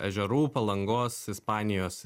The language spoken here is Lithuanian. ežerų palangos ispanijos